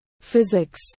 physics